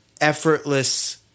effortless